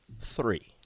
three